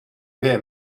vefe